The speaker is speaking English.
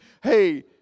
hey